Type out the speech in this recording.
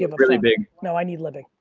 yeah really big no, i need living.